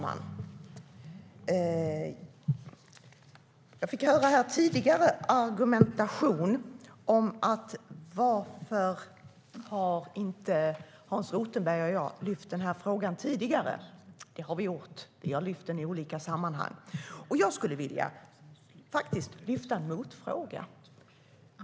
Herr ålderspresident! Det ifrågasattes tidigare varför Hans Rothenberg och jag inte har lyft upp denna fråga tidigare. Det har vi gjort, i olika sammanhang. Jag skulle vilja ställa några motfrågor.